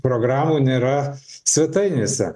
programų nėra svetainėse